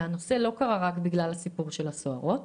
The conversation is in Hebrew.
זה לא קרה רק בגלל פרשת הסוהרות